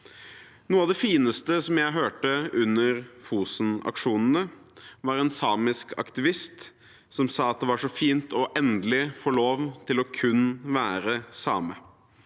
Noe av det fineste jeg hørte under Fosen-aksjonene, kom fra en samisk aktivist som sa at det var så fint endelig å få lov til å være kun same.